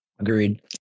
Agreed